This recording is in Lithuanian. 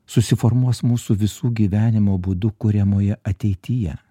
susiformuos mūsų visų gyvenimo būdu kuriamoje ateityje